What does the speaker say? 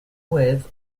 with